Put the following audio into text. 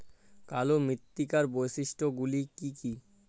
কালো মৃত্তিকার বৈশিষ্ট্য গুলি কি কি?